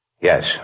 Yes